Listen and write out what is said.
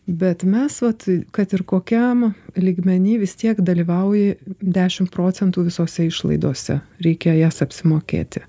bet mes vat kad ir kokiam lygmeny vis tiek dalyvauji dešimt procentų visose išlaidose reikia jas apsimokėti